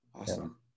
awesome